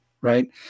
right